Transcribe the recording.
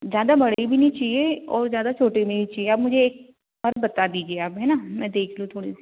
ज़्यादा बड़े भी नहीं चाहिए और ज़्यादा छोटे नहीं चाहिए आप मुझे एक बात बता दीजिए आप है ना मैं देख लूँ थोड़े